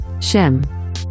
Shem